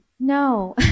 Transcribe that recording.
No